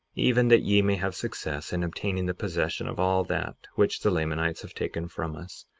even that ye may have success in obtaining the possession of all that which the lamanites have taken from us,